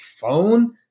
phone